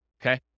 Okay